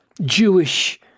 Jewish